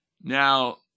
Now